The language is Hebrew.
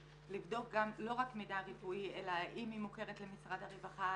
לבדוק לא רק מידע רפואי אלא האם היא מוכרת למשרד הרווחה,